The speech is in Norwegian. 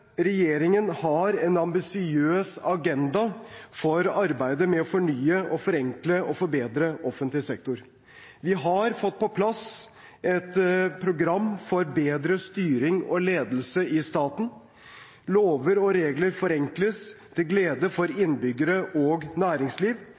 Regjeringen har en ambisiøs agenda for arbeidet med å fornye, forenkle og forbedre offentlig sektor. Vi har fått på plass et program for bedre styring og ledelse i staten. Lover og regler forenkles til glede for innbyggere og næringsliv. Jakten på tidstyver er i